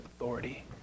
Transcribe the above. authority